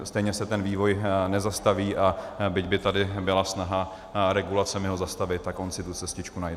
Stejně se ten vývoj nezastaví, a byť by tady byla snaha regulacemi ho zastavit, tak on si tu cestičku najde.